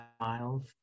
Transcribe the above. miles